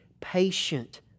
patient